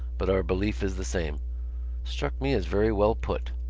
but our belief is the same struck me as very well put.